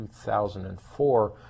2004